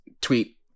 tweet